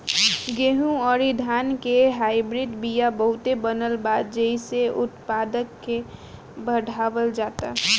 गेंहू अउरी धान के हाईब्रिड बिया बहुते बनल बा जेइसे उत्पादन के बढ़ावल जाता